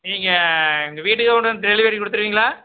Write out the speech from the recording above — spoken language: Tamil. நீங்கள் எங்கள் வீட்டுக்கே கொண்டு வந்து டெலிவரி கொடுத்துருவீங்களா